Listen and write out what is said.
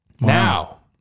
now